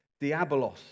diabolos